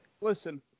Listen